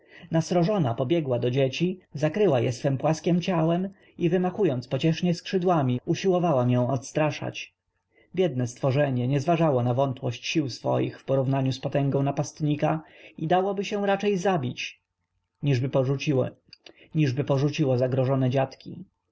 nasrożona podbiegła do dzieci zakryła je swem płaskiem ciałem i wymachując pociesznie skrzydłami usiłowała mię odstraszyć biedne stworzenie nie zważało na wątłość sił swoich w porównaniu z potęgą napastnika i dałoby się raczej zabić niżby porzuciło zagrożone dziatki